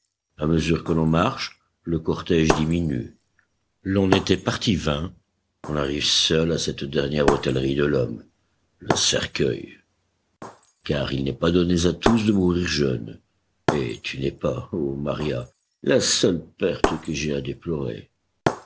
à mesure que l'on marche le cortège diminue l'on était parti vingt on arrive seul à cette dernière hôtellerie de l'homme le cercueil car il n'est pas donné à tous de mourir jeunes et tu n'es pas ô maria la seule perte que j'aie à déplorer